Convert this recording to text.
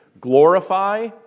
Glorify